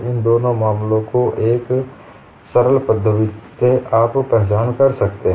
इन दोनों मामलों को आप एक सरल पद्धति के रूप में पहचान सकते हैं